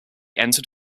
entered